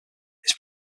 his